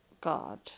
God